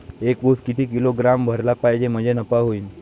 एक उस किती किलोग्रॅम भरला पाहिजे म्हणजे नफा होईन?